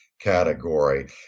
category